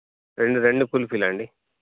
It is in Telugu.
రెండు రెండు కుల్ఫీలా అండి